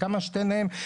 כמה שניתן להם,